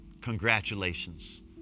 congratulations